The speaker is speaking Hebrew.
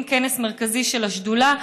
עם כנס מרכזי של השדולה.